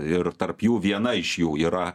ir tarp jų viena iš jų yra